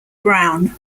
brown